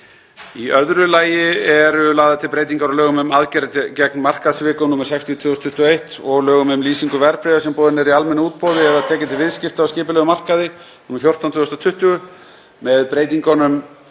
Í öðru lagi eru lagðar til breytingar á lögum um aðgerðir gegn markaðssvikum, nr. 60/2021, og lögum um lýsingu verðbréfa sem boðin eru í almennu útboði eða tekin til viðskipta á skipulegum markaði, nr. 14/2020. Með breytingunum